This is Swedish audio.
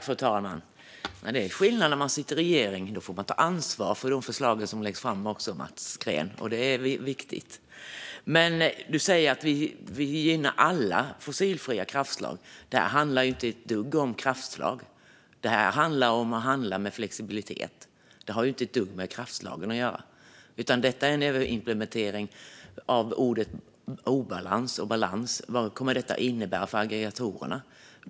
Fru talman! Det är skillnad när man sitter i regering; då får man ta ansvar för de förslag som läggs fram, Mats Green. Det är viktigt. Du säger att ni gynnar alla fossilfria kraftslag. Detta handlar inte ett dugg om kraftslag, utan det handlar om att handla med flexibilitet. Detta har inte ett dugg med kraftslagen att göra, utan det är en överimplementering när det gäller orden "obalans" och "balans". Vad kommer detta att innebära för aggregatorerna?